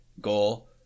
goal